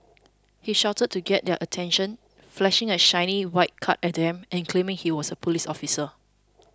he shouted to get their attention flashing a shiny white card at them and claiming he was a police officer